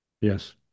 Yes